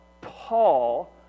Paul